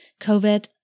COVID